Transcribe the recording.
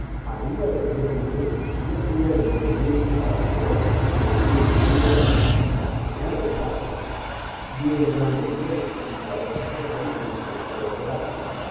había de ser el miacut e o si yo tuviera entendimiento para saber sentir y ponderar tamaña desgracia bien grande fue dijo a esta sazón el licenciado peralta